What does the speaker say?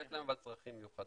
אבל יש להם צרכים מיוחדים.